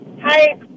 hi